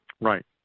Right